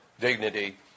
dignity